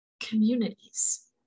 communities